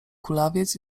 kulawiec